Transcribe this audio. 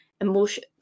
emotion